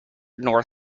nor